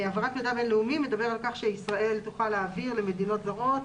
העברת מידע בין-לאומי מדבר על כך שישראל תוכל להעביר למדינות זרות,